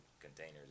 containers